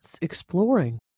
exploring